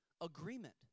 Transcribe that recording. agreement